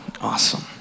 Awesome